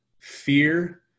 Fear